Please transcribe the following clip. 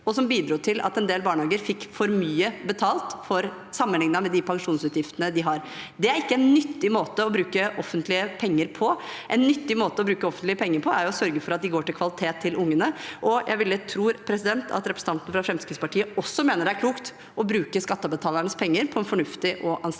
og som bidro til at en del barnehager fikk for mye betalt sammenlignet med pensjonsutgiftene de hadde. Det er ikke en nyttig måte å bruke offentlige penger på. En nyttig måte å bruke offentlige penger på er å sørge for at de går til kvalitet til ungene. Jeg vil tro at representanten fra Fremskrittspartiet også mener det er klokt å bruke skattebetalernes penger på en fornuftig og anstendig